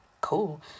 cool